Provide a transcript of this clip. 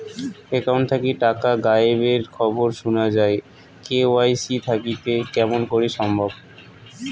Account থাকি টাকা গায়েব এর খবর সুনা যায় কে.ওয়াই.সি থাকিতে কেমন করি সম্ভব?